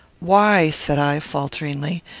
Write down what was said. why, said i, falteringly,